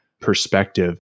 perspective